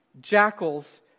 jackals